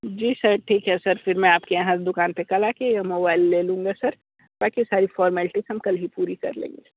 जी sir ठीक है sir फिर मैं आपके यहाँ दुकान पे कल आके मोबाइल ले लूंगा सर बाकी सारी फ़ॉर्मैलिटीज़ हम कल ही पूरी कर लेंगे